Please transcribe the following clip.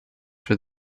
for